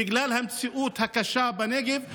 בגלל המציאות הקשה בנגב,